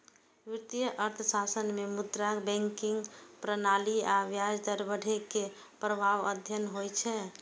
वित्तीय अर्थशास्त्र मे मुद्रा, बैंकिंग प्रणाली आ ब्याज दर बढ़ै के प्रभाव अध्ययन होइ छै